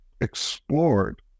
explored